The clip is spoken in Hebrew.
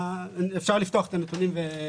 אפשר לפתוח את הנתונים ולראות.